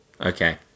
okay